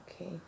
okay